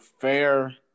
fair